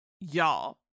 Y'all